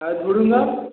ଆଉ ଝୁଡ଼ଙ୍ଗ